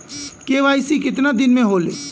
KYC कितना दिन में होले?